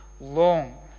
long